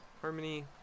harmony